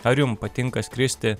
ar jum patinka skristi